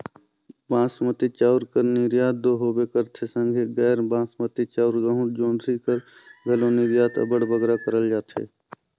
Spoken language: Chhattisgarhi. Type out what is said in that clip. बासमती चाँउर कर निरयात दो होबे करथे संघे गैर बासमती चाउर, गहूँ, जोंढरी कर घलो निरयात अब्बड़ बगरा करल जाथे